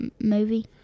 movie